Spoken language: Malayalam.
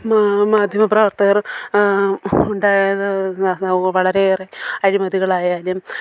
മാധ്യമപ്രവർത്തകർ ഉണ്ടായത് വളരെയേറെ അഴിമതികൾ ആയാലും